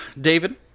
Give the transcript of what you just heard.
David